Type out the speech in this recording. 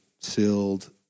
sealed